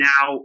Now